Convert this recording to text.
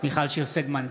מיכל שיר סגמן,